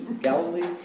Galilee